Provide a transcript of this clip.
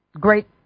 great